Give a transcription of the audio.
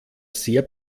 sehr